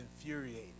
infuriated